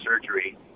surgery